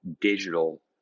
digital